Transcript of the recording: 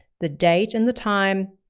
the date and the time,